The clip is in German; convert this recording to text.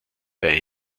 bei